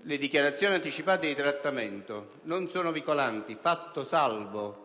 le dichiarazioni anticipate di trattamento non sono vincolanti, fatto salvo